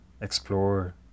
explore